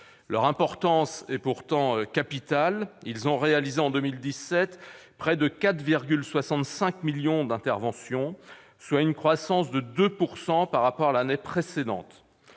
Leur importance et pourtant capital : ils ont réalisé en 2017 près de 4,65 millions d'interventions, soit une croissance de 2 % par rapport à l'année précédente.